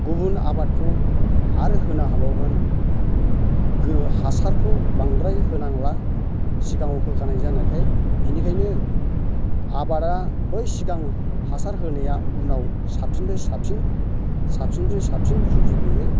गुबुन आबादखौ आरो होनो हाबावगोन गोबोर हासारखौ बांद्राय होनांला सिगां होखानाय जानायखाय बेनिखायनो आबादा बै सिगां हासार होनाया उनाव साबसिननिफ्राइ साबसिन साबसिननिफ्राइ साबसिन जुफिबोयो